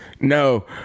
no